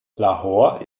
lahore